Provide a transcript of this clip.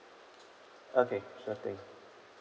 okay sure thanks